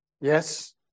Yes